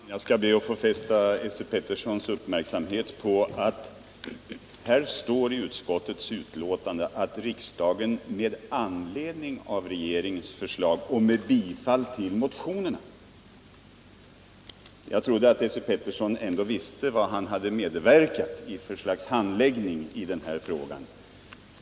Herr talman! Jag skall be att få fästa Esse Peterssons uppmärksamhet på att det i utskottets hemställan står ”att riksdagen med anledning av regeringens förslag och med bifall till motionerna ——-". Jag trodde att Esse Petersson ändå visste vilken handläggning av denna fråga han hade medverkat i.